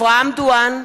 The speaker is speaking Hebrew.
אברהם דואן,